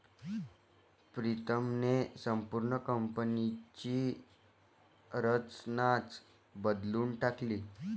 प्रीतमने संपूर्ण कंपनीची रचनाच बदलून टाकली